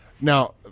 now